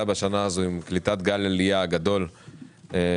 בשנה הזו עם קליטת גל עלייה גדול מרוסיה,